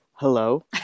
hello